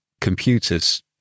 computers